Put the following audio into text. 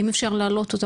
האם אפשר להעלות אותה